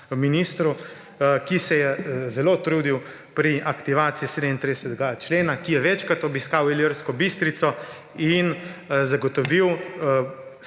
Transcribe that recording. ministru, ki se je zelo trudil pri aktivaciji 37.a člena, ki je večkrat obiskal Ilirsko Bistrico in zagotovil